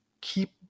keep –